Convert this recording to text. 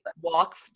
Walk